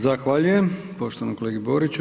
Zahvaljujem poštovanom kolegi Boriću.